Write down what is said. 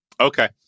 Okay